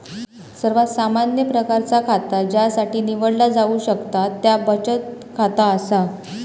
सर्वात सामान्य प्रकारचा खाता ज्यासाठी निवडला जाऊ शकता त्या बचत खाता असा